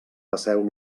passeu